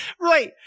Right